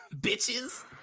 bitches